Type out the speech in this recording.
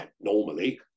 normally